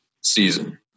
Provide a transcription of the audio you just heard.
season